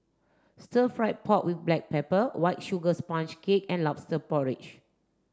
stir fried pork with black pepper white sugar sponge cake and lobster porridge